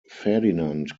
ferdinand